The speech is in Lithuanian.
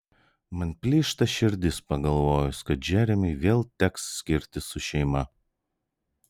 man plyšta širdis pagalvojus kad džeremiui vėl teks skirtis su šeima